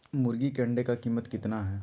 मुर्गी के अंडे का कीमत कितना है?